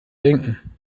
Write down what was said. denken